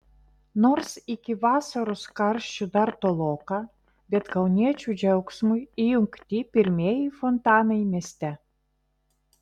nors iki vasaros karščių dar toloka bet kauniečių džiaugsmui įjungti pirmieji fontanai mieste